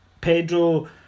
Pedro